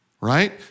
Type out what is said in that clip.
right